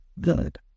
Good